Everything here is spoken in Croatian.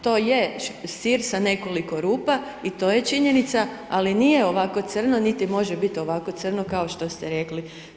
To je sir sa nekoliko rupa i to je činjenica, ali nije ovako crno niti može biti ovako crno kao što ste rekli.